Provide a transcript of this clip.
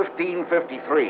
1553